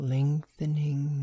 Lengthening